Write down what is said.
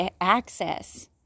access